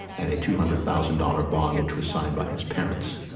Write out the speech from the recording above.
and a two hundred thousand dollars bond, which was signed by his parents.